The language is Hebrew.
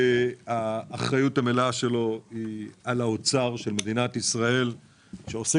האחריות המלאה שלו היא על האוצר של מדינת ישראל שעושה